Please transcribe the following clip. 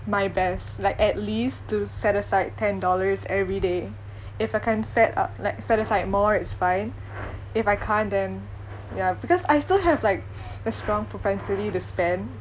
my best like at least to set aside ten dollars every day if I can set u~ like set aside more it's fine if I can't then yeah because I still have like a strong propensity to spend